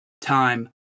time